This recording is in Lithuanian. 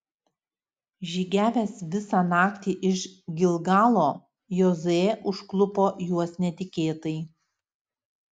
žygiavęs visą naktį iš gilgalo jozuė užklupo juos netikėtai